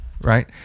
right